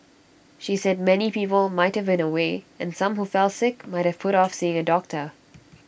she said many people might have been away and some who fell sick might have put off seeing A doctor